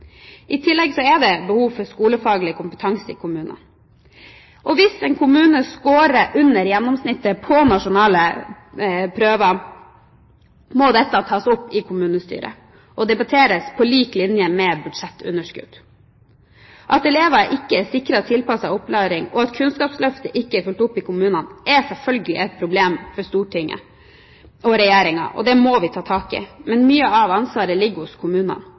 I tillegg er det behov for skolefaglig kompetanse i kommunene. Hvis en kommune scorer under gjennomsnittet på nasjonale prøver, må dette tas opp i kommunestyret og debatteres på lik linje med budsjettunderskudd. At elever ikke er sikret tilpasset opplæring og at Kunnskapsløftet ikke er fulgt opp i kommunene, er selvfølgelig et problem for Stortinget og Regjeringen, og det må vi ta tak i, men mye av ansvaret ligger hos kommunene.